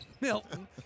Milton